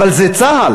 אבל זה צה"ל.